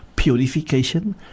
purification